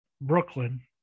Brooklyn